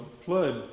flood